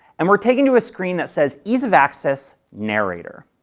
um are taken to a screen that says ease of access narrator,